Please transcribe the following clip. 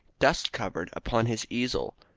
dust-covered, upon his easel.